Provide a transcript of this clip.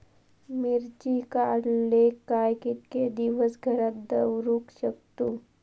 मिर्ची काडले काय कीतके दिवस घरात दवरुक शकतू?